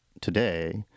today